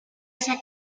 esa